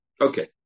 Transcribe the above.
Okay